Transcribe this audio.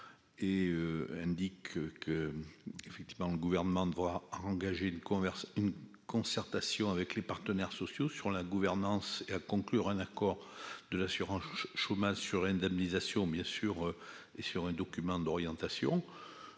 engager une conversion une concertation avec les partenaires sociaux sur la gouvernance et à conclure un accord de l'assurance chômage sur indemnisation bien sûr et sur un document d'orientation